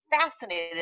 fascinated